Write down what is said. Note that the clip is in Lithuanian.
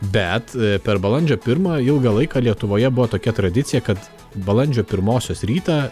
bet per balandžio pirmą ilgą laiką lietuvoje buvo tokia tradicija kad balandžio pirmosios rytą